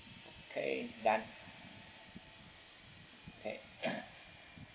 okay done okay